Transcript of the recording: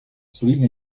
souligne